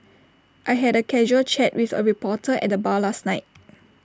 I had A casual chat with A reporter at the bar last night